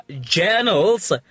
journals